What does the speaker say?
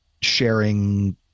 sharing